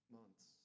months